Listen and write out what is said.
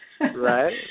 Right